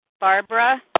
Barbara